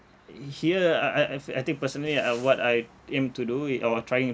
i~ here I I I fee~ I think personally uh what I aim to do it or I trying